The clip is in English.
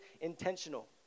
intentional